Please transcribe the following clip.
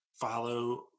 follow